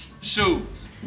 Shoes